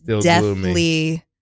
deathly